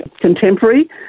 contemporary